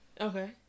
Okay